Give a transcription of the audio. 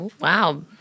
Wow